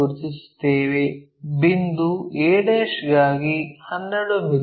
ಗುರುತಿಸುತ್ತೇವೆ ಬಿಂದು a ಗಾಗಿ 12 ಮಿ